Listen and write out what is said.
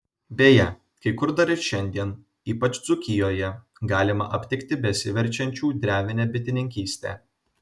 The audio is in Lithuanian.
beje kai kur dar ir šiandien ypač dzūkijoje galima aptikti besiverčiančių drevine bitininkyste